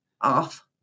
off